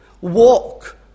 walk